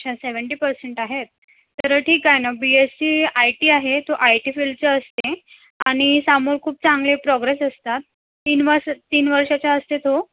अच्छा seventy percent आहेत तर ठीक आहे ना B S C I T आहे तो आय टी फिल्डचं असते आणि समोर खूप चांगले प्रोग्रेस असतात तीन वासा तीन वर्षाचे असते तो